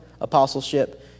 apostleship